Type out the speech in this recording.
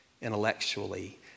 intellectually